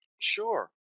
Sure